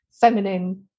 feminine